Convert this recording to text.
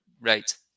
Right